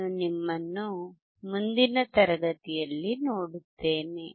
ನಾನು ನಿಮ್ಮನ್ನು ಮುಂದಿನ ತರಗತಿಯಲ್ಲಿ ನೋಡುತ್ತೇನೆ